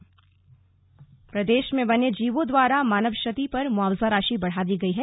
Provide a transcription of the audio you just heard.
मुआवजा प्रदेश में वन्य जीवों द्वारा मानव क्षति पर मुआवजा राशि बढ़ा दी गई है